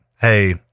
Hey